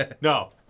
No